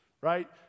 right